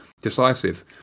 decisive